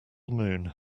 moon